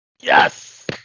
Yes